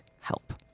help